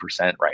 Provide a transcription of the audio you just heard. right